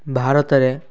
ଭାରତରେ